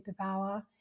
superpower